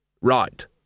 Right